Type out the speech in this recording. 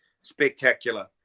spectacular